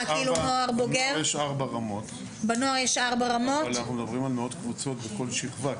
בנוער יש ארבע רמות אבל אנחנו מדברים על מאות קבוצות בכל שכבה.